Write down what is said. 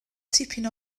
tipyn